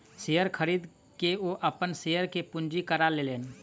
share खरीद के ओ अपन शेयर के पंजीकृत करा लेलैन